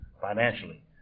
financially